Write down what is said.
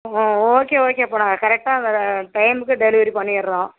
ஒ ஓகே ஓகேப்பா நாங்கள் கரெக்டாக அந்த டைமுக்கு டெலிவரி பண்ணிடறோம்